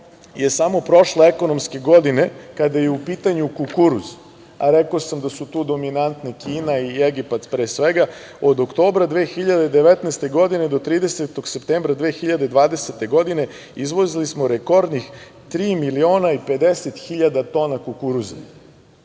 je samo prošle ekonomske godine kada je u pitanju kukuruz, a rekao sam da su tu dominantna Kina i Egipat, pre svega, od oktobra 2019. godine do 30. septembra 2020. godine, izvozili smo rekordnih 3.050.000 tona kukuruza.